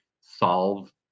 solve